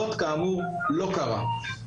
זאת כאמור לא קרה.